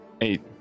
Eight